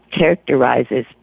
characterizes